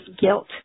guilt